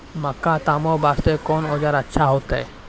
मक्का तामे वास्ते कोंन औजार अच्छा होइतै?